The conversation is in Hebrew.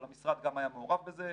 אבל המשרד גם היה מעורב בזה,